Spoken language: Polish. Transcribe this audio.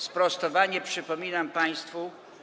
Sprostowanie, przypominam państwu.